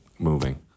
moving